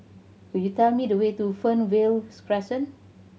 could you tell me the way to Fernvale's Crescent